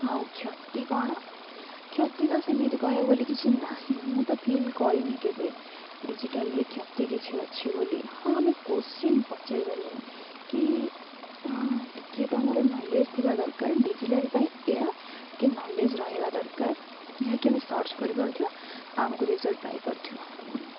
ଆଉ କ୍ଷତି କ'ଣ କ୍ଷତି ତ ସେମିତି କହିବାକୁ ଗଲେ କିଛି ନାହିଁ ମୁଁ ତ ଫିଲ୍ କରିନି କେବେ ଡିଜିଟାଲ୍ରେ କ୍ଷତି କିଛି ଅଛି ବୋଲି ହଁ ଆମେ କୋଶ୍ଚିନ୍ ପଚାରିପାରିବାନି କି ଟିକେ ତ ଆମର ନଲେଜ୍ ଥିବା ଦରକାର ଡିଜିଟାଲ୍ ପାଇଁ ଏଆ ଟିକେ ନଲେଜ୍ ରହିବା ଦରକାର ଯାହାକି ଆମେ ସର୍ଚ୍ଚ କରିପାରୁଥିବ ଆଉ ଆମକୁ ରେଜଲ୍ଟ ପାଇପାରୁଥିବ